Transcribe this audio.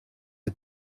are